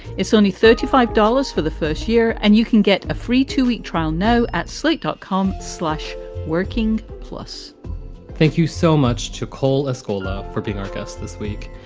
it's only thirty five dollars for the first year and you can get a free two week trial. no. at slate dot com slash working plus thank you so much to cole escola for being our guest this week.